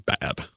bad